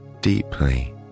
deeply